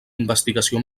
investigació